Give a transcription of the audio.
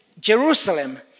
Jerusalem